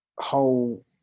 whole